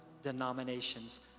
denominations